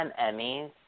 Emmys